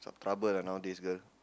trouble lah nowadays girl